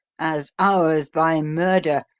as ours by murder,